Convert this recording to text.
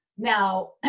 Now